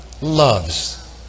loves